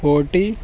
forty